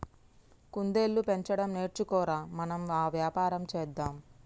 కుందేళ్లు పెంచడం నేర్చుకో ర, మనం ఆ వ్యాపారం చేద్దాం